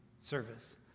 service